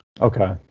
Okay